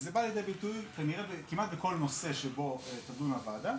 זה בא ויבוא לידי ביטוי כמעט בכל נושא בו תדון הוועדה.